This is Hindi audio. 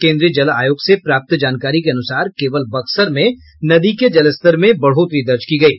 केन्द्रीय जल आयोग से प्राप्त जानकारी के अनुसार केवल बक्सर में नदी के जलस्तर में बढ़ोतरी दर्ज की गयी